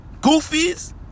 goofies